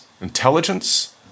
intelligence